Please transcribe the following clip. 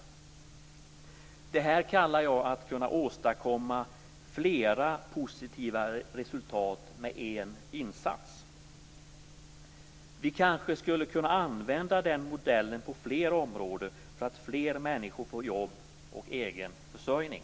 Det här kallar jag att kunna åstadkomma flera positiva resultat med en insats. Vi kanske skulle kunna använda den modellen på fler områden för att fler människor skall få jobb och egen försörjning.